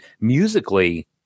musically